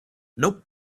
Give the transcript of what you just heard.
nope